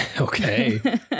Okay